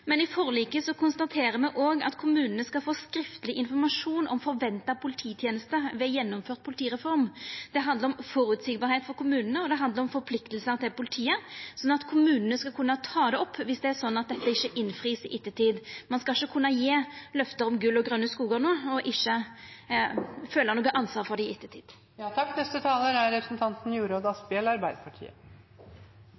men i forliket konstaterer me òg at kommunane skal få skriftleg informasjon om forventa polititenester ved gjennomført politireform. Det handlar om at det skal vera føreseieleg for kommunane, og det handlar om forpliktingane til politiet, slik at kommunane skal kunna ta det opp viss det ikkje vert innfridd i ettertid. Ein skal ikkje kunna gje løfte om gull og grøne skogar og så ikkje føla noko ansvar for det i